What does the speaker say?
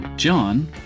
John